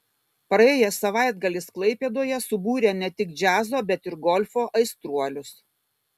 praėjęs savaitgalis klaipėdoje subūrė ne tik džiazo bet ir golfo aistruolius